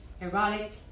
erotic